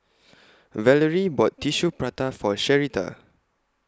Valarie bought Tissue Prata For Sherita